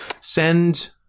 send